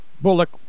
Bullock